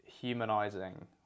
humanizing